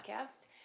Podcast